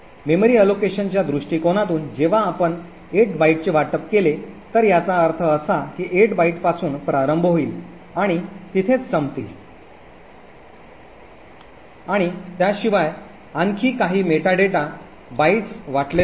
memory अलोलोकेशनच्या दृष्टिकोनातून जेव्हा आपण 8 बाइटचे वाटप केले तर याचा अर्थ असा की 8 बाइट पासून प्रारंभ होईल आणि तिथेच संपतील आणि त्याशिवाय आणखी काही मेटा डेटा बाइट्स वाटले जातील